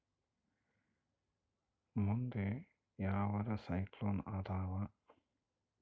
ಮುಂದೆ ಯಾವರ ಸೈಕ್ಲೋನ್ ಅದಾವ?